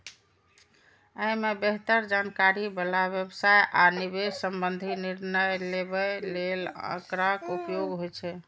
अय मे बेहतर जानकारी बला व्यवसाय आ निवेश संबंधी निर्णय लेबय लेल आंकड़ाक उपयोग होइ छै